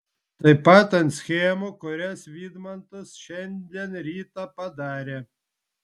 taip pat ant schemų kurias vidmantas šiandien rytą padarė